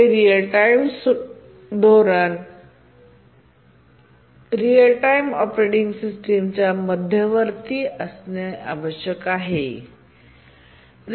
हे शेड्यूलिंग धोरण सर्व रिअल टाइम ऑपरेटिंग सिस्टमसाठी मध्यवर्ती असणे आवश्यक आहे